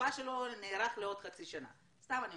התקופה שלו לעוד חצי שנה, מה